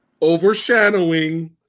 overshadowing